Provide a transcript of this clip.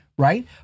Right